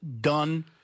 done